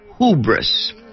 hubris